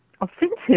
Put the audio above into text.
offensive